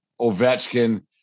Ovechkin